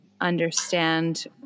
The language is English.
understand